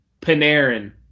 Panarin